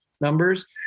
numbers